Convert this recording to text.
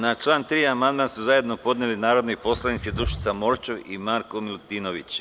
Na član 3. amandman su zajedno podneli narodni poslanici Dušica Morčev i Marko Milutinović.